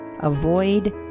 Avoid